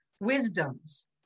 wisdoms